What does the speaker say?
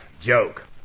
Joke